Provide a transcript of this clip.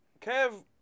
Kev